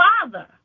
Father